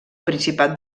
principat